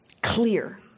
Clear